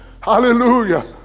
Hallelujah